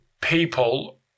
people